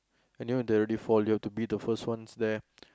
and you know they already fall you have to be the first ones there